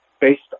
based